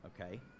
okay